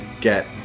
get